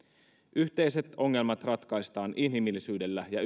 yhteiset ongelmat ratkaistaan inhimillisyydellä ja